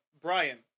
Brian